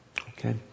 Okay